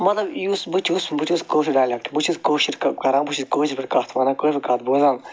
مطلب یُس بہٕ چھُس بہٕ چھُس کٲشُر ڈالیکٹ بہٕ چھُس کٲشُر کران بہٕ چھُ کٲشِر پٲٹھۍ کتھ ونان کٲشر پٲٹھۍ کتھ بوزان